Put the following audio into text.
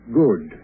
good